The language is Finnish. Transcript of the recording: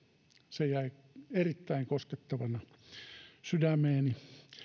se jäi erittäin koskettavana sydämeeni